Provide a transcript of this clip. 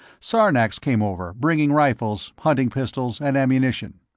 sarnax came over, bringing rifles, hunting pistols, and ammunition.